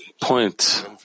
point